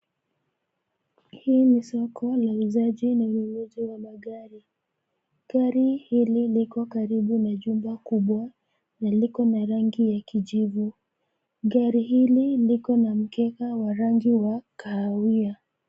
Hii ni soko la uuzaji na ununuzi wa magari. Gari hili liko karibu na jumba kubwa na liko na rangi ya kijivu. Gari hili liko na mkeka wa rangi wa kahawia.